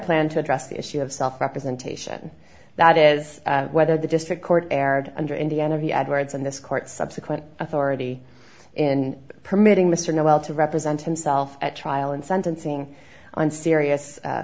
plan to address the issue of self representation that is whether the district court erred under indiana v edwards and this court subsequent authority in permitting mr noel to represent himself at trial and sentencing on serious